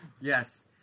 Yes